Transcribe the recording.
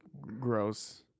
gross